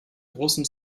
großem